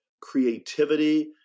creativity